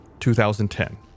2010